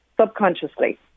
subconsciously